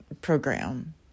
program